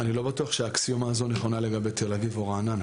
אני לא בטוח שהאקסיומה הזו נכונה לגבי תל אביב או רעננה.